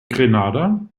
grenada